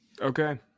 Okay